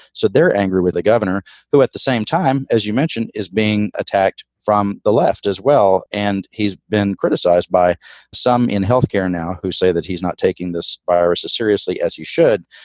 so they're angry with the governor who at the same time, as you mentioned, is being attacked from the left as well. and he's been criticized by some in health care now who say that he's not taking this virus as seriously as you should.